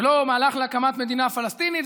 ולא מהלך להקמת מדינה פלסטינית,